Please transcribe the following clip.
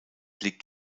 liegt